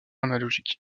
analogiques